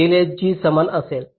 delays g समान असेल